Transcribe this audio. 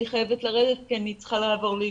חייבת לצאת כי אני צריכה לעבור לישיבה אחרת.